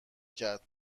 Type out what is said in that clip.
کرد